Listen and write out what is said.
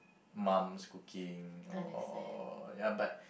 mum's cooking or ya but